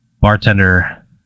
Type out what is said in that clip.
Bartender